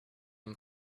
une